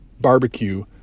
barbecue